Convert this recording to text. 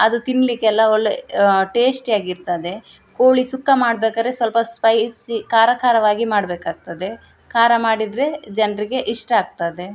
ಅದು ತಿನ್ಲಿಕ್ಕೆಲ್ಲ ಒಳ್ಳೆ ಟೇಸ್ಟಿಯಾಗಿರ್ತದೆ ಕೋಳಿ ಸುಕ್ಕ ಮಾಡ್ಬೇಕಾದ್ರೆ ಸ್ವಲ್ಪ ಸ್ಪೈಸಿ ಖಾರ ಖಾರವಾಗಿ ಮಾಡ್ಬೇಕಾಗ್ತದೆ ಖಾರ ಮಾಡಿದರೆ ಜನರಿಗೆ ಇಷ್ಟ ಆಗ್ತದೆ